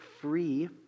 free